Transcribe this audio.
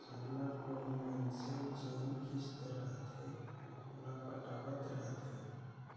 सरलग कोनो मइनसे जेन किस्त रहथे ओला पटावत रहथे